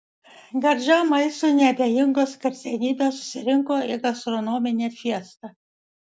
gardžiam maistui neabejingos garsenybės susirinko į gastronominę fiestą